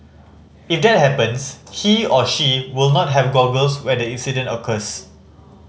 if that happens he or she will not have goggles when the incident occurs